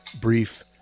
brief